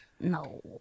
No